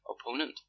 opponent